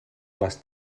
les